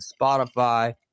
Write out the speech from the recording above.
Spotify